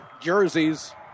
jerseys